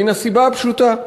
מן הסיבה הפשוטה: